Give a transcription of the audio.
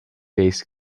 based